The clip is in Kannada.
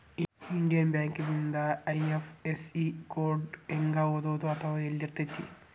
ಇಂಡಿಯನ್ ಬ್ಯಾಂಕಿಂದ ಐ.ಎಫ್.ಎಸ್.ಇ ಕೊಡ್ ನ ಹೆಂಗ ಓದೋದು ಅಥವಾ ಯೆಲ್ಲಿರ್ತೆತಿ?